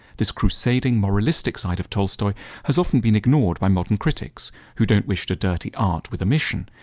this crusading moralistic side of tolstoy has often been ignored by modern critics who don't wish to dirty art with a mission,